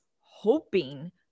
hoping